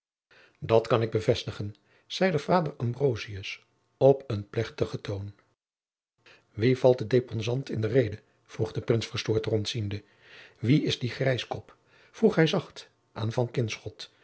dat kan ik bevestigen zeide vader ambrosius op een plechtigen toon wie valt den deposant in de rede vroeg de prins verstoord rondziende wie is die grijskop vroeg hij zacht aan